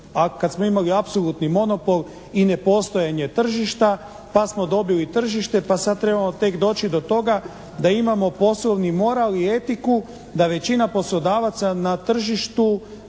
kad smo imali apsolutni monopol i nepostojanje tržišta pa smo dobili tržište pa sada trebamo tek doći do toga da imamo poslovni moral i etiku da većina poslodavaca na tržištu